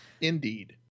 Indeed